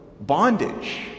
bondage